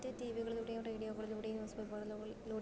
മറ്റ് ടീ വികളിലൂടെയും റേഡിയോകളിലൂടെയും ന്യൂസ്പേപ്പറുകളിലൂടെയും